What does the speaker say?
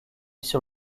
sur